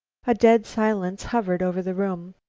a dead silence hovered over the room.